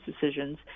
decisions